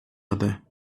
other